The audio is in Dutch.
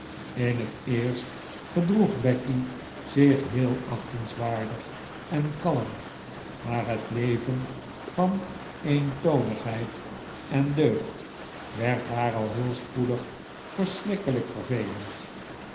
in het eerst gedroeg becky zich heel achtenswaardig en kalm maar het leven van eentonigheid en deugd werd haar al heel spoedig verschrikkelijk vervelend